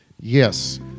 Yes